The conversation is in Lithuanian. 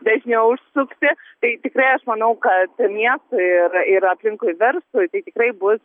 bet neužsukti tai tikrai aš manau kad miestui ir ir aplinkui verslui tai tikrai bus